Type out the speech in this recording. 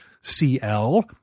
CL